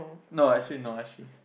no actually no actually